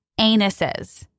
anuses